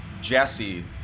Jesse